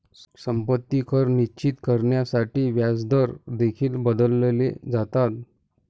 संपत्ती कर निश्चित करण्यासाठी व्याजदर देखील बदलले जातात